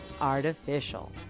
artificial